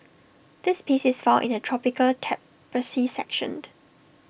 this piece is found in the tropical tapestry sectioned